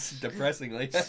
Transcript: depressingly